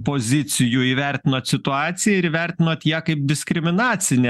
pozicijų įvertinot situaciją ir įvertinot ją kaip diskriminacinę